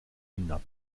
hinab